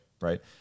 right